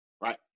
Right